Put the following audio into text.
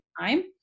time